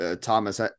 Thomas